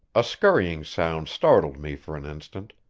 a scurrying sound startled me for an instant,